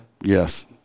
Yes